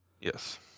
Yes